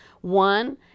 One